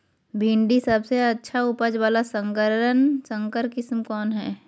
भिंडी के सबसे अच्छा उपज वाला संकर किस्म कौन है?